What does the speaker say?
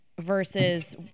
versus